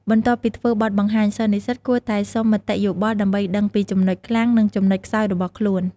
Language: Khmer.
បន្ទាប់ពីធ្វើបទបង្ហាញ សិស្សនិស្សិតគួរតែសុំមតិយោបល់ដើម្បីដឹងពីចំណុចខ្លាំង និងចំណុចខ្សោយរបស់ខ្លួន។